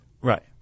right